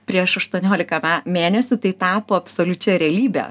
prieš aštuoniolika mėnesių tai tapo absoliučia realybe